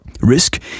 Risk